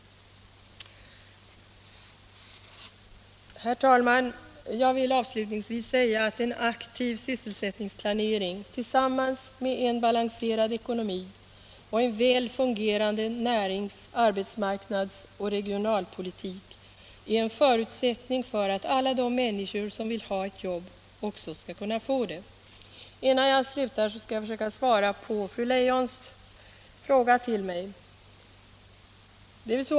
Herr talman! Jag vill avslutningsvis säga att en aktiv sysselsättningsplanering tillsammans med en balanserad ekonomi och en väl fungerande närings-, arbetsmarknads och regionalpolitik är en förutsättning för att alla de människor som vill ha ett jobb också skall kunna få det. Innan jag slutar skall jag försöka svara på fru Leijons fråga till mig.